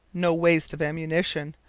no waste of ammunition,